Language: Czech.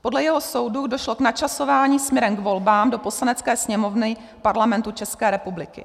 Podle jeho soudu došlo k načasování směrem k volbám do Poslanecké sněmovny do Parlamentu České republiky.